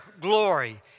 glory